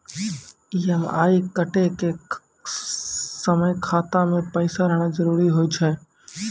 EMI कटै के समय खाता मे पैसा रहना जरुरी होय छै